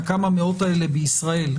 הכמה מאות האלה בישראל,